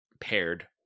paired